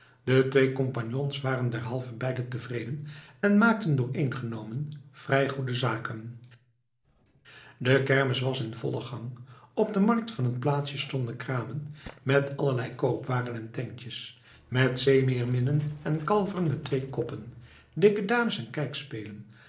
de twee compagnons waren derhalve beiden tevreden en maakten doorééngenomen vrij goede zaken de kermis was in vollen gang op de markt van het plaatsje stonden kramen met allerlei koopwaar en tentjes met zeemeerminnen en kalveren met twee koppen dikke dames en kijkspellen